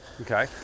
Okay